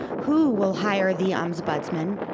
who will hire the ombudsman?